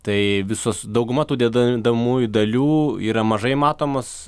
tai visos dauguma tų dedamųjų dalių yra mažai matomos